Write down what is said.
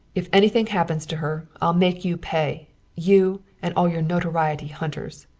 if anything happens to her i'll make you pay you and all your notoriety hunters.